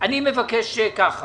לגבי הכסף